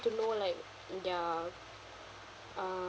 to know like their uh